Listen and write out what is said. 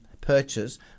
purchase